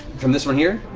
from this one here?